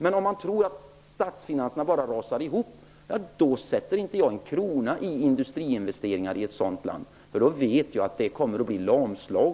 Men om man har tron att statsfinanserna bara rasar ihop, då skulle jag inte satsa en krona i industriinvesteringar. Då kommer allt att lamslås.